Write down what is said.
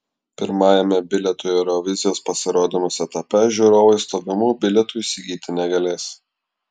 pirmajame bilietų į eurovizijos pasirodymus etape žiūrovai stovimų bilietų įsigyti negalės